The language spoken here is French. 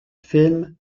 film